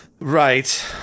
Right